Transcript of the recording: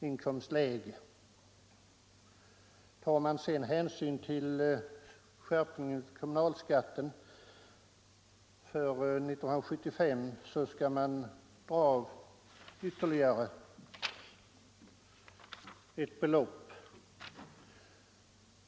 Skall man vidare ta hänsyn till skärpningen av kommunalskatten för 1975, måste man dra av ytterligare ett belopp.